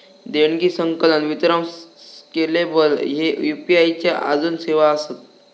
देणगी, संकलन, वितरण स्केलेबल ह्ये यू.पी.आई च्या आजून सेवा आसत